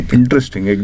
Interesting